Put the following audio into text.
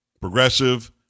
progressive